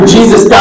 Jesus